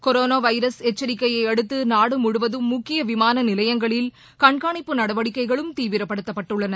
corona virus எச்சரிக்கையை அடுத்து நாடு முழுவதும் முக்கிய விமான நிலையங்களில் கண்காணிப்பு நடவடிக்கைகளும் தீவிரப்படுத்தப்பட்டுள்ளன